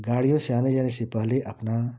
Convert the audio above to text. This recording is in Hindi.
गाड़ियों से आने जाने से पहले अपना